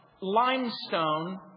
limestone